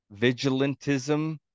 vigilantism